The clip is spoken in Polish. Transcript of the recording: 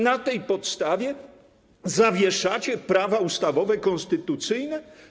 Na tej podstawie zawieszacie prawa ustawowe, konstytucyjne?